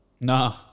No